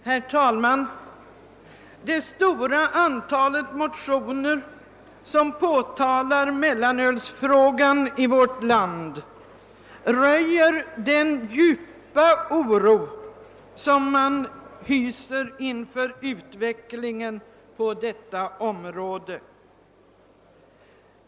Herr talman! Det stora antal motioner som tar upp mellanölsfrågan i vårt land röjer den djupa oro man hyser inför utvecklingen på detta område.